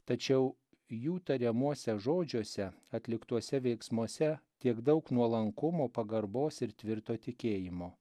tačiau jų tariamuose žodžiuose atliktuose veiksmuose tiek daug nuolankumo pagarbos ir tvirto tikėjimo